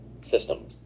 system